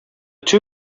two